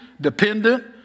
dependent